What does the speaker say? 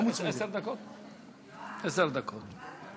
עשר דקות.